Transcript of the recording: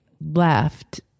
left